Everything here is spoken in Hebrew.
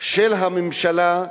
של הממשלה,